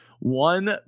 One